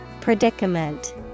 Predicament